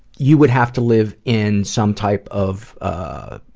you would have to live in some type of ah